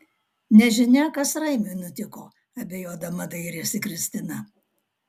nežinia kas raimiui nutiko abejodama dairėsi kristina